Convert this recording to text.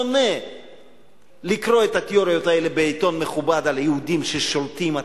אני שונא לקרוא את התיאוריות האלה בעיתון מכובד על היהודים ששולטים,